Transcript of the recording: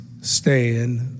stand